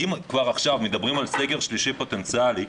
אם כבר עכשיו מדברים על סגר שלישי פוטנציאלי,